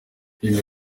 iyi